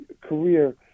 career